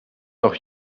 noch